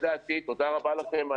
אנחנו עדיין משלמים ביטוחים,